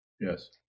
Yes